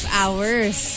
hours